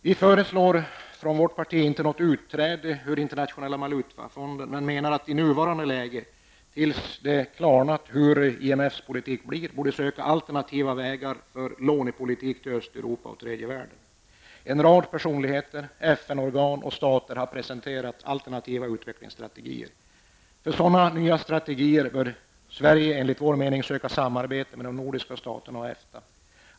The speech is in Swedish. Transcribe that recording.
Vi i vårt parti föreslår inte något utträde ur Internationella valutafonden, men menar att vårt land i nuvarande läge, tills det klarnat hur IMFs politik blir, borde söka alternativa vägar för lånepolitik till Östeuropa och tredje världen. En rad personligheter, FN-organ och stater har presenterat alternativa utvecklingsstrategier. För sådana nya strategier bör Sverige enligt vår mening söka samarbete med de nordiska staterna och EFTA.